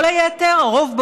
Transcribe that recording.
כל היתר: הרוב,